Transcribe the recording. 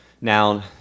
Now